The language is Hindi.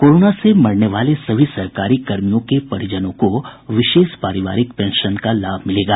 कोरोना से मरने वाले सभी सरकारी कर्मियों के परिजनों को विशेष पारिवारिक पेंशन का लाभ मिलेगा